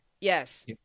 Yes